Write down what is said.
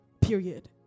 period